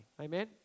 Amen